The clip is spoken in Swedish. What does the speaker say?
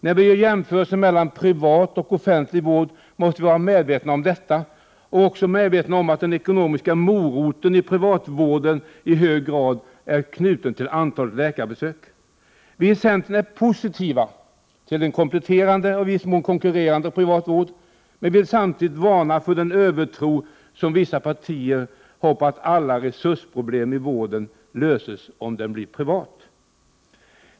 När vi gör jämförelser mellan privat och offentlig vård måste vi vara medvetna om detta och om att den ekonomiska moroten i privatvården i hög grad är knuten till antalet läkarbesök. Vi i centern är positiva till en kompletterande och i viss mån konkurrerande privatvård, men vi vill samtidigt varna för den övertro som vissa partier har på att alla resursproblem i vården löses om vården blir privat.